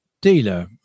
dealer